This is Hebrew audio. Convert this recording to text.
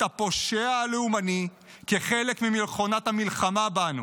הפושע הלאומני כחלק ממכונת המלחמה בנו,